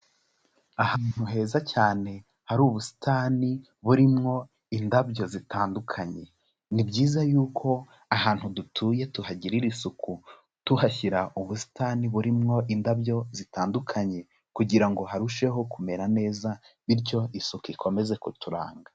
Ahantu heza cyane hari ubusitani burimwo indabyo zitandukanye, ni byiza yuko ahantu dutuye tuhagirira isuku, tuhashyira ubusitani burimwo indabyo zitandukanye kugira ngo harusheho kumera neza bityo isuku ikomeze kuturanga.